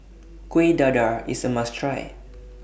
Kueh Dadar IS A must Try